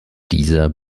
dieser